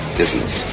business